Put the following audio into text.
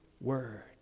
Word